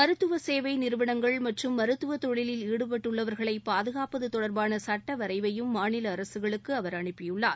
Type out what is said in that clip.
மருத்துவ சேவை நிறுவனங்கள் மற்றும் மருத்துவ தொழிலில் ஈடுபட்டுள்ளவர்களை பாதுகாப்பது தொடர்பான சட்ட வரைவையும் மாநில அரசுகளுக்கு அவர் அனுப்பியுள்ளார்